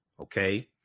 okay